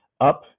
up